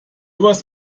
etwas